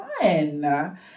fun